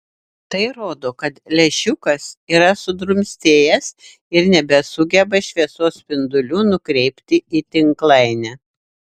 tai rodo kad lęšiukas yra sudrumstėjęs ir nebesugeba šviesos spindulių nukreipti į tinklainę